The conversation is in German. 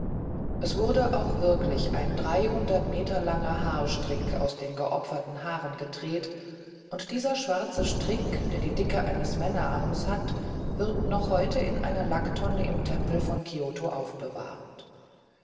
es wurde auch wirklich ein dreihundert meter langer haarstrick aus den geopferten haaren gedreht und dieser schwarze strick der die dicke eines männerarms hat wird noch heute in einer lacktonne im tempel von kioto aufbewahrt